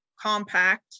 compact